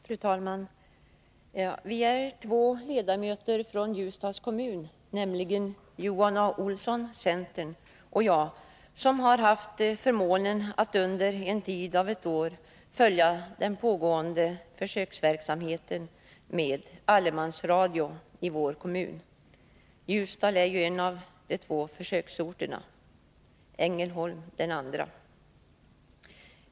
Fru talman! Vi är två ledamöter från Ljusdals kommun — nämligen Johan A Olsson, centern, och jag — som har haft förmånen att under en tid av ett år följa den pågående försöksverksamheten med allemansradio i vår kommun. Ljusdal är ju en av de två försöksorterna. Ängelholm är den andra.